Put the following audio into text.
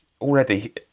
already